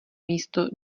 místo